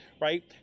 right